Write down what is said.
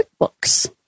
QuickBooks